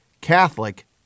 Catholic